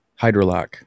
HydroLock